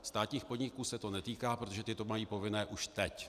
Státních podniků se to netýká, protože ty to mají povinné už teď.